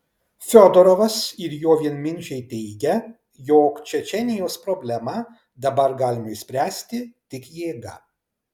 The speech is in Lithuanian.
fiodorovas ir jo vienminčiai teigia jog čečėnijos problemą dabar galima išspręsti tik jėga